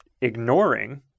ignoring